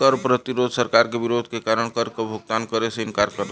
कर प्रतिरोध सरकार के विरोध के कारण कर क भुगतान करे से इंकार करला